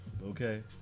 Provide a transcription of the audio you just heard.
Okay